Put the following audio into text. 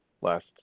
last